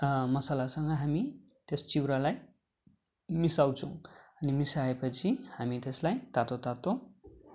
मसालासँग हामी त्यस चिउरालाई मिसाउँछौँ अनि मिसाए पछि हामी त्यसलाई तातो तातो